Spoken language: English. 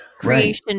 creation